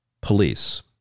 police